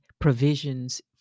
provisions